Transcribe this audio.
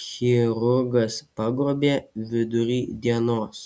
chirurgas pagrobė vidury dienos